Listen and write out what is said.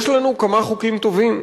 יש לנו כמה חוקים טובים.